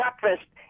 breakfast